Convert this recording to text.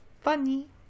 Funny